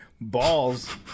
balls